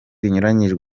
binyuranyije